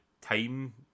time